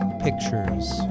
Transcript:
pictures